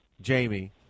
jamie